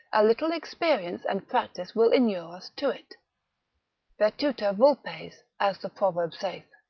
a little experience and practice will inure us to it vetula vulpes, as the proverb saith,